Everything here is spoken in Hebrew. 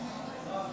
30 בעד,